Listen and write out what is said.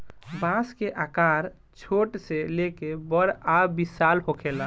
बांस के आकर छोट से लेके बड़ आ विशाल होखेला